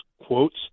quotes